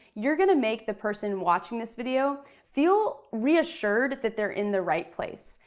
you're gonna make the person watching this video feel reassured that they're in the right place.